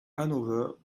another